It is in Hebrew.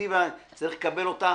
הפרספקטיבה - צריך לקבל אותה